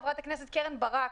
חברת הכנסת קרן ברק,